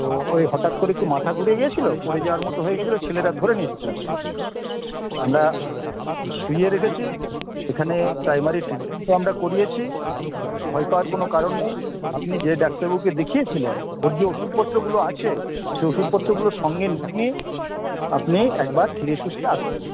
তো ওই হঠাৎ করে একটু মাথা ঘুরে গিয়েছিলো পড়ে যাওয়ার মতো হয়ে গেছিলো ছেলেরা ধরে নিয়েছে ক্লাসে আমরা শুইয়ে রেখেছি এখানে প্রাইমারি ট্রিটমেন্টও আমরা করিয়েছি ভয় পাওয়ার কোনো কারণ নেই আপনি যে ডাক্তারবাবুকে দেখিয়েছিলেন ওর যে ওষুধপত্রগুলো আছে সেই ওষুধপত্রগুলো সঙ্গে নিয়ে আপনি একবার ধীরে সুস্থে আসবেন